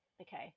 okay